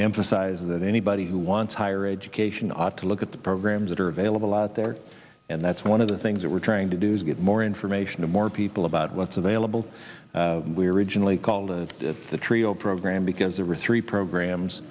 to emphasize that anybody who wants higher education ought to look at the programs that are available out there and that's one of the things that we're trying to do is get more information to more people about what's available we originally called it the trio program because there were three programs